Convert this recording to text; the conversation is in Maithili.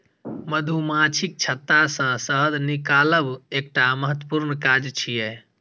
मधुमाछीक छत्ता सं शहद निकालब एकटा महत्वपूर्ण काज छियै